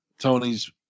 Tony's